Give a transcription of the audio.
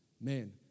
man